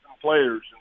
players